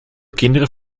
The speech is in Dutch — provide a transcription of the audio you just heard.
kinderen